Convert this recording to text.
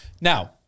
Now